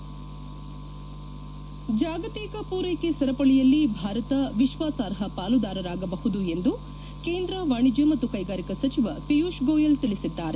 head ಜಾಗತಿಕ ಮೂರೈಕೆ ಸರಪಳಿಯಲ್ಲಿ ಭಾರತ ವಿಶ್ವಾಸಾರ್ಹ ಪಾಲುದಾರರಾಗಬಹುದು ಎಂದು ಕೇಂದ್ರ ವಾಣಿಜ್ಯ ಮತ್ತು ಕ್ಕೆಗಾರಿಕಾ ಸಚಿವ ಪಿಯೂಷ್ ಗೋಯಲ್ ತಿಳಿಸಿದ್ದಾರೆ